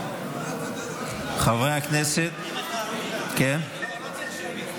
חברי הכנסת, לא צריך שמית.